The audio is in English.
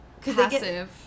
Passive